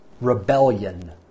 rebellion